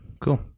Cool